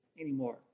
anymore